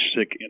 sick